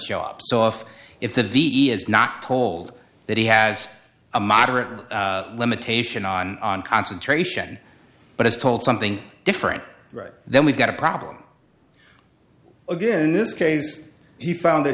show up so off if the ve is not told that he has a moderate limitation on concentration but as told something different right then we've got a problem again in this case he found that